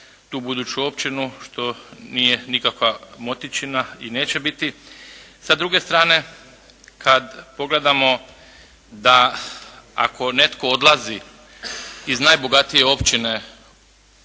tu buduću općinu što nije nikakva Motičina i neće biti. Sa druge strane kad pogledamo da ako netko odlazi iz najbogatije općine